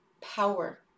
power